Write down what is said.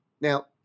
Now